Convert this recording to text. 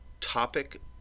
topic